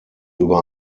über